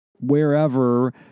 wherever